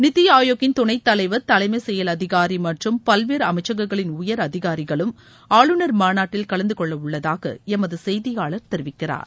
நிதி ஆயோக்கின் துணைத் தலைவர் தலைமச் செயல் அதிகாரி மற்றும் பல்வேறு அமைச்சகங்களின் உயர் அதிகாரிகளும் ஆளுநர் மாநாட்டில் கலந்து கொள்ளவுள்ளதாக எமது செய்தியாளர் தெரிவிக்கிறார்